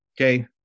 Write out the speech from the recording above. okay